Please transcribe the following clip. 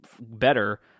better